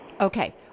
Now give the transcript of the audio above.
Okay